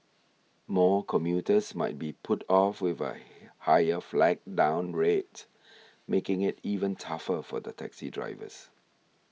more commuters might be put off with a higher flag down rate making it even tougher for the taxi drivers